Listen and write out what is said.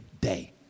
day